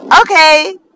okay